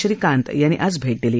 श्रीकांत यांनी आज भेट दिली